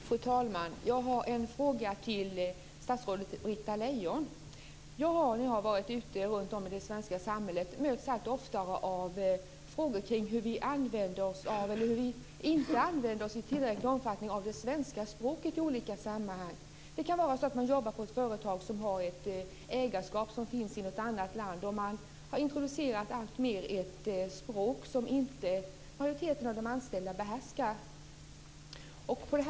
Fru talman! Jag har en fråga till statsrådet Britta När jag har varit ute runt om i det svenska samhället har jag mötts allt oftare av frågor kring hur vi inte i tillräcklig omfattning använder oss av det svenska språket i olika sammanhang. Det kan vara så att man jobbar på ett företag som har ett ägarskap i ett annat land, och ett språk som inte majoriteten av de anställda behärskar har introducerats alltmer.